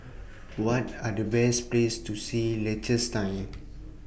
What Are The Best Places to See in Liechtenstein